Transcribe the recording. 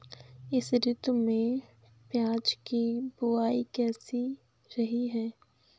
इस ऋतु में प्याज की बुआई कैसी रही है?